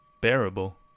bearable